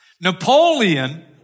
Napoleon